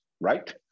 right